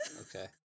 Okay